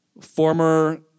former